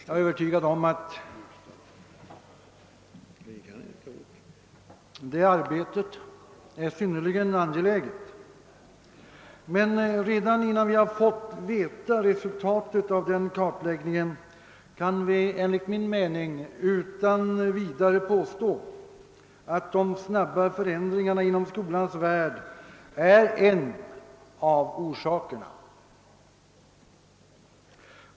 Jag är övertygad om att det arbetet är synnerligen angeläget. Men redan innan vi har fått veta resultatet av den kartläggningen kan vi enligt min mening utan vidare påstå att de snabba förändringarna inom skolans värld är en av orsakerna.